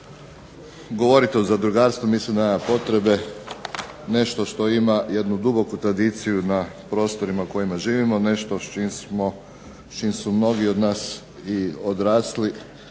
govoriti o zadrugarstvu mislim da nema potrebe. Nešto što ima jednu duboku tradiciju na prostorima u kojima živimo, nešto s čim su mnogi od nas i odrasli